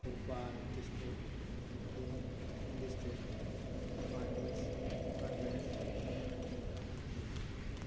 Thoubal district ꯑꯗꯒꯤ Kakching district Imphal east Imphal west ꯑꯗꯒꯤ ꯀꯥꯡꯄꯣꯛꯄꯤ